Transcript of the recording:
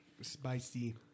Spicy